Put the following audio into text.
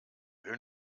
will